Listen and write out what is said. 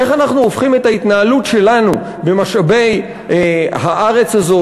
איך אנחנו הופכים את ההתנהלות שלנו במשאבי הארץ הזו